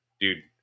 dude